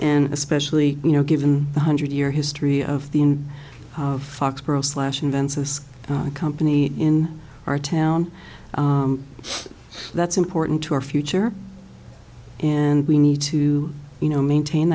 and especially you know given the hundred year history of the in foxborough slash invensys company in our town that's important to our future and we need to you know maintain